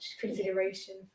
consideration